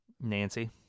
Nancy